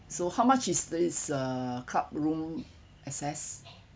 so how much is this uh club room access